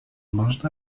można